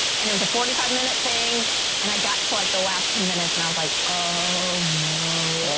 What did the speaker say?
and it was a forty five minute thing and i got to like the last ten minutes and i was like, oh no,